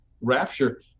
rapture